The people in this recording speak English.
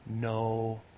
no